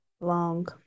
Long